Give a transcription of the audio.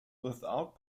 without